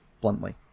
bluntly